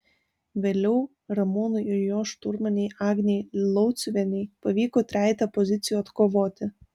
vėliau ramūnui ir jo šturmanei agnei lauciuvienei pavyko trejetą pozicijų atkovoti